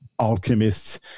alchemists